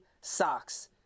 Socks